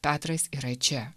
petras yra čia